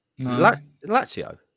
Lazio